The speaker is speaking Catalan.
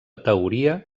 teoria